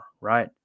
right